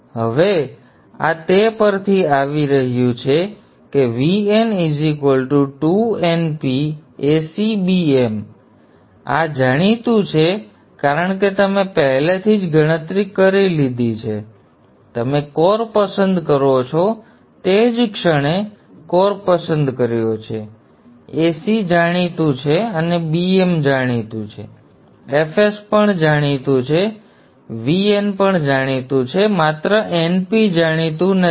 હવે આ તે પરથી આવી રહ્યું છે કે Vin 2 Np Ac Bm fs આ જાણીતું છે કારણ કે તમે પહેલેથી જ ગણતરી કરી લીધી છે તમે કોર પસંદ કરો છો તે જ ક્ષણે કોર પસંદ કર્યો છે Ac જાણીતું છે અને Bm જાણીતું છે fs જાણીતું છે Vin જાણીતું છે માત્ર NP જાણીતું નથી